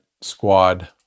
Squad